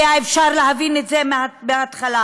היה אפשר להבין את זה בהתחלה.